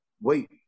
Wait